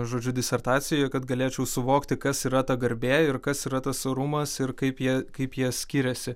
žodžiu disertacijoj kad galėčiau suvokti kas yra ta garbė ir kas yra tas orumas ir kaip jie kaip jie skiriasi